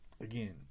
again